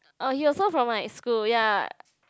oh he also from my school ya